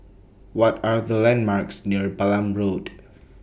What Are The landmarks near Balam Road